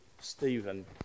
Stephen